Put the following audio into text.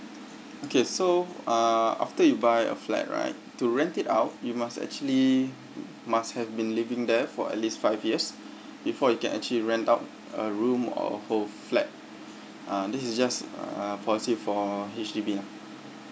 okay so uh after you buy a flat right to rent it out you must actually must have been living there for at least five years before you can actually rent out a room or whole flat uh this is just a policy for H_D_B lah